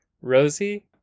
Rosie